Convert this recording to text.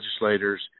legislators